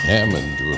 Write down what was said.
Hammond